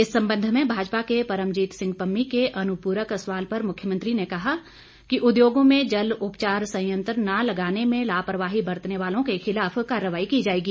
इस संबंध में भाजपा के परमजीत सिंह पम्मी के अनुपूरक सवाल पर मुख्यमंत्री ने कहा कि उद्योगों में जल उपचार संयत्र न लगाने में लापरवाही बरतने वालों के खिलाफ कार्रवाई की जाएगी